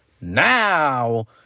now